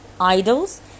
idols